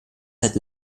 seit